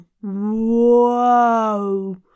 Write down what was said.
whoa